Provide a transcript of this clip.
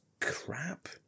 crap